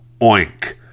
oink